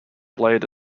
blade